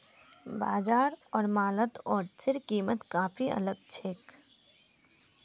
बाजार आर मॉलत ओट्सेर कीमत काफी अलग छेक